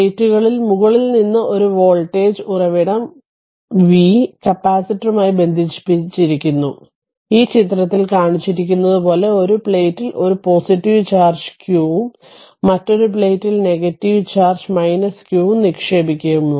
പ്ലേറ്റുകളിൽ മുകളിൽ നിന്ന് ഒരു വോൾട്ടേജ് ഉറവിടം v കപ്പാസിറ്ററുമായി ബന്ധിപ്പിച്ചിരിക്കുന്നു ഈ ചിത്രത്തിൽ കാണിച്ചിരിക്കുന്നതുപോലെ ഒരു പ്ലേറ്റിൽ ഒരു പോസിറ്റീവ് ചാർജും q മറ്റൊരു പ്ലേറ്റിൽ നെഗറ്റീവ് ചാർജ് q നിക്ഷേപിക്കുന്നു